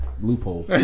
Loophole